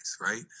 right